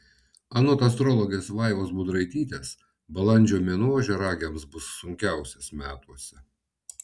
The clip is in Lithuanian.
anot astrologės vaivos budraitytės balandžio mėnuo ožiaragiams bus sunkiausias metuose